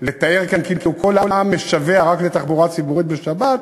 לתאר כאן כאילו כל העם משווע רק לתחבורה ציבורית בשבת